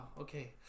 Okay